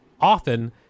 often